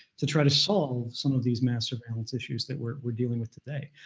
to try to solve some of these mass surveillance issues that we're dealing with today.